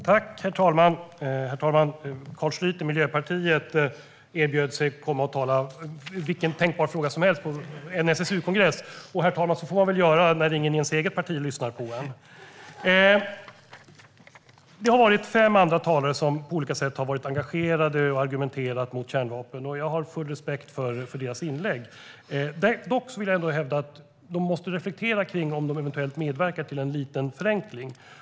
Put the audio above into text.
Herr talman! Carl Schlyter från Miljöpartiet erbjöd sig komma och tala i vilken tänkbar fråga som helst på en SSU-kongress. Så får man väl göra när ingen i ens eget parti lyssnar på en. Det har varit fem andra talare i debatten som på olika sätt har varit engagerade och argumenterat mot kärnvapen, och jag har full respekt för deras inlägg. Dock vill jag ändå hävda att de måste reflektera kring om de eventuellt medverkar till en liten förenkling.